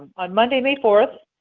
on monday, may four,